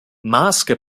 masque